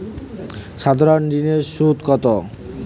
সাধারণ ঋণের সুদ কত?